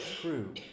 true